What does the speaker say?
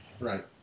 Right